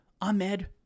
Ahmed